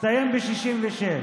הסתיים ב-1966,